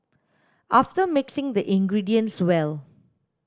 after mixing the ingredients well